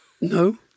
No